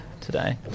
today